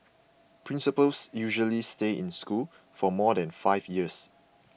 principals usually stay in a school for more than five years